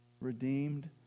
redeemed